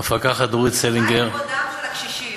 המפקחת דורית סלינגר, ומה עם כבודם של הקשישים?